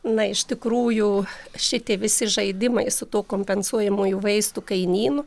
na iš tikrųjų šiti visi žaidimai su tuo kompensuojamųjų vaistų kainynu